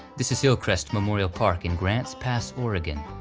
this is hillcrest memorial park in grants pass, oregon,